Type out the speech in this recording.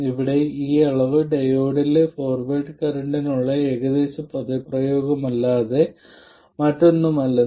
ഇവയുടെയെല്ലാം അളവുകൾ ഇവിടെ നിന്ന് വ്യക്തമാകുന്ന ചാലകതയാണെന്ന് വളരെ വ്യക്തമായിരിക്കണം